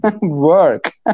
work